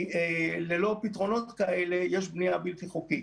כי ללא פתרונות כאלה, יש בנייה בלתי חוקית.